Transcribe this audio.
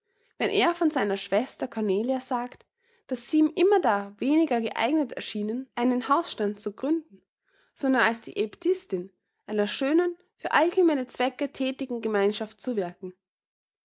wenn er von seiner schwester cornelia sagt daß sie ihm immerdar weniger geeignet erschienen einen hausstand zu gründen sondern als die aebtissin einer schönen für allgemeine zwecke thätigen gemeinschaft zu wirken